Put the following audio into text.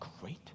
great